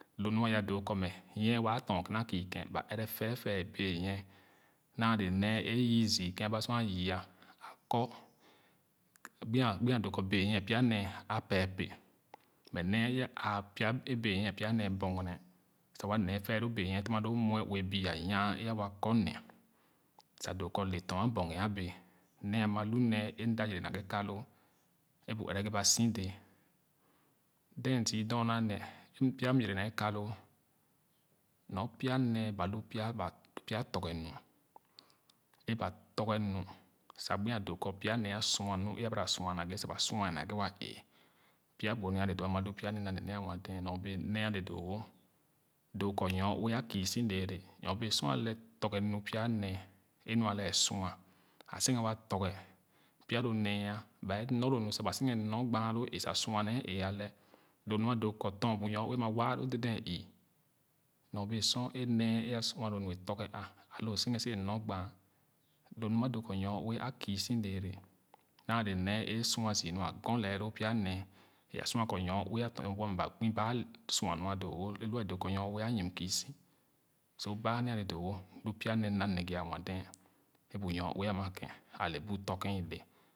Wo nu a ya doo kɔ mɛ nyie wa a tɔn kima kü ken ba ɛrɛ tɛtɛ benyie naa le nee e yü ziu ken aba sor a yüa a kɔ gbi a doo kɔ benyie pya nee a pee pee mɛ nee a benyie pya nee bogene sa wa nee efɛɛlo benyie terma loo muɛue bie anyan e awa kɔ ne sa doo kɔ letɔn a bogi bee nee ama lu nee e mda yere naghe ka loo e bu ɛgere ghe ba si dɛɛ then zü dorna nee m pya m yere nee ka loo nor pya nee ba w pya ba pya tɔrge nu eba tɔrge nu sa gbi a doo kɔ pya nee a sua nu e abara ba sua naghe sa be sua nee wa ee pya gbo nee ale doo wo ama lu pya gbo m na nee nee a nwa dee nor bee nee ale doo wo doo kɔ nyo ue a kü si lɛɛrɛ nyobee sor alɛ tɔrge nu pya nee e nu alɛɛ sua a senghe wa tɔrge pya lo nee ay baɛ nor lo nu ba seghe nor ban loo ee sa sua nee ee alɛɛ lo mua doo kɔ tɔn bu nyo ue ama waa loo deden ii nyo bee sor e nee a sua lo nu e tɔrge wah alo seghe so wɛɛ nor gbaon lo nu ama doo kɔ nyoue a kii si lɛɛrɛ naale nee a sua zü nu a kɔɔ lɛɛ lo pya nee e a sua kɔ nyoue a tɔn’a bu mɛ ba gbi ba suanu ale doowo ẽlua doo kɔ nyo ue a yim küso so baa nee ale doo wo lu pya nee nna neghe a mua dee bu nyoue ama ken ale bu tɔ ken ile